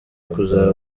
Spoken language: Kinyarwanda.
kuzaba